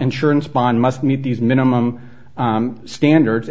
insurance bond must meet these minimum standards and